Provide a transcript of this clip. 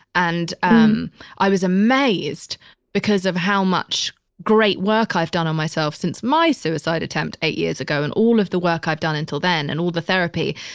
and um i was amazed because of how much great work i've done on myself since my suicide attempt eight years ago and all of the work i've done until then and all the therapy.